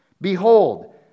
Behold